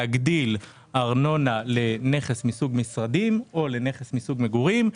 להגדיל ארנונה לנכס מסוג משרדים או מסוג מגורים,